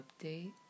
update